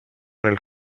nel